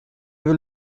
will